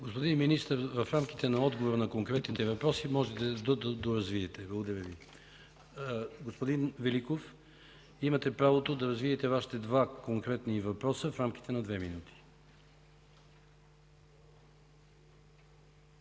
Господин Министър, в рамките на отговора на конкретните въпроси, можете да го доразвиете. Благодаря Ви. Господин Великов, имате право да развиете Вашите два конкретни въпроса. БОРИСЛАВ ВЕЛИКОВ